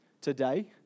today